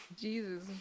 Jesus